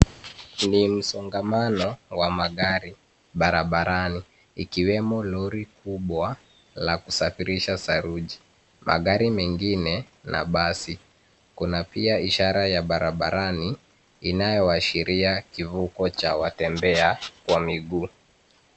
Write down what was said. Ni msongamano wa magari barabarani, ikiwemo lori kubwa la kusafirisha saruji, magari mengine na basi. Kuna pia ishara ya barabarani inayoashiria kivuko cha watembea kwa miguu.